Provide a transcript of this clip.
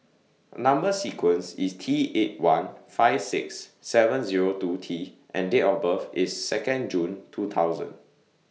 Number sequence IS T eight one five six seven Zero two T and Date of birth IS Second June two thousand